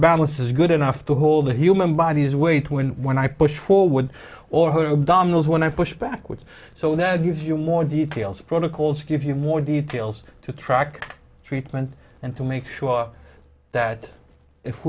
balance is good enough to hold the human body is wait when when i push forward or her abdominals when i push backwards so that gives you more details protocol to give you more details to track treatment and to make sure that if